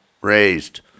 raised